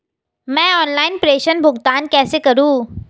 मैं ऑनलाइन प्रेषण भुगतान कैसे करूँ?